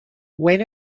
when